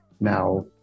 Now